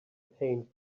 paint